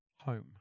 Home